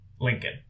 lincoln